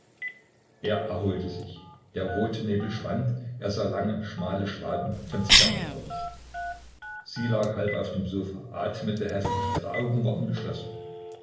er erholte sich der rote nebel schwand er sah lange schmale schwaden von zigarrenrauch sie lag halb auf dem sofa atmete heftig ihre augen waren geschlossen